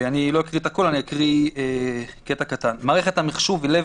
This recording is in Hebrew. אני אקריא קטע קטן: "מערכת המחשוב היא לב